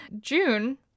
June